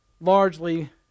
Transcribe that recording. largely